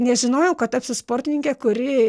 nežinojau kad tapsiu sportininke kuri